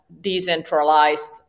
decentralized